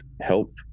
help